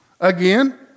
Again